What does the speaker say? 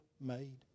made